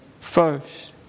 first